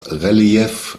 relief